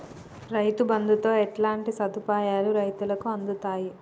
రైతు బంధుతో ఎట్లాంటి సదుపాయాలు రైతులకి అందుతయి?